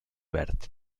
verd